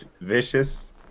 vicious